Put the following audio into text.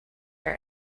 her